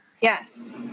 Yes